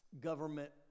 government